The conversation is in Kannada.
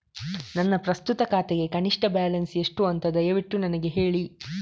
ನನ್ನ ಪ್ರಸ್ತುತ ಖಾತೆಗೆ ಕನಿಷ್ಠ ಬ್ಯಾಲೆನ್ಸ್ ಎಷ್ಟು ಅಂತ ದಯವಿಟ್ಟು ನನಗೆ ಹೇಳಿ